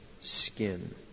skin